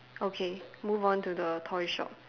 okay move on to the toy shop